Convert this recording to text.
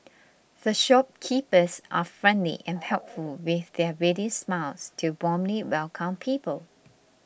the shopkeepers are friendly and helpful with their ready smiles to warmly welcome people